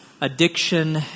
addiction